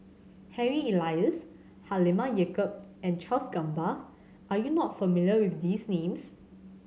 Harry Elias Halimah Yacob and Charles Gamba are you not familiar with these names